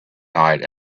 night